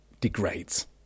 degrades